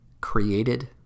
created